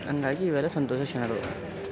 ಹಾಗಾಗಿ ಇವೆಲ್ಲ ಸಂತೋಷದ ಕ್ಷಣಗಳು